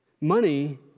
Money